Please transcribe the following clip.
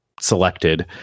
selected